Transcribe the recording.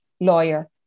lawyer